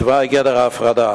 תוואי גדר ההפרדה,